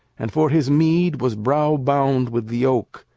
and for his meed was brow-bound with the oak.